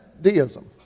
deism